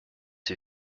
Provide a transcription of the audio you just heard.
who